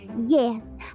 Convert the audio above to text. Yes